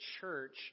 church